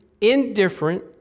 indifferent